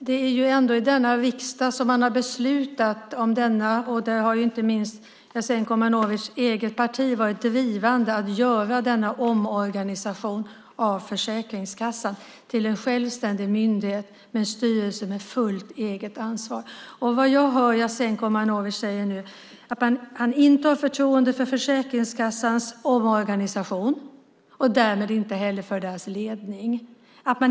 Det är ändå i denna riksdag man har beslutat om omorganisationen av Försäkringskassan till en självständig myndighet med en styrelse med fullt eget ansvar, och där har inte minst Jasenko Omanovics eget parti varit drivande. Nu hör jag Jasenko Omanovic säga att han inte har förtroende för Försäkringskassans omorganisation och därmed inte heller för dess ledning.